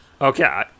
Okay